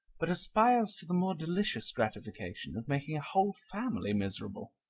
but aspires to the more delicious gratification of making a whole family miserable.